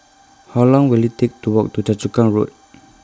How Long Will IT Take to Walk to Choa Chu Kang Road